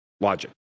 logic